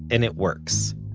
and it works.